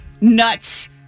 nuts